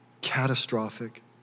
catastrophic